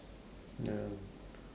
ya